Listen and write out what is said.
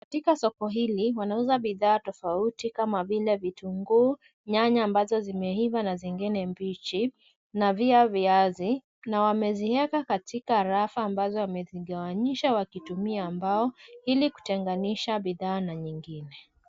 Katika soko hili , wanauza bidaa tofauti kama vile bitungu, nyanya ambazo zimehiva na zingine mbichi, na pia vyazi, na wamezieka katika rafa ambazo wamezigawanyisha wakitumia mbao ili kutenganisha bidhaa na nyingine.